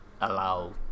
allow